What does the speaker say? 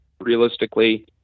realistically